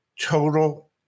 total